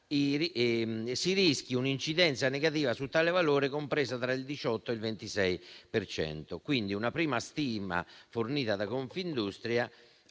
si rischia un'incidenza negativa su tale valore compresa tra il 18 e il 26 per cento. Quindi, una prima stima fornita da Confindustria,